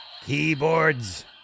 Keyboards